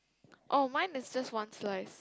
oh mine is just one slice